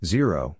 Zero